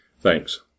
Thanks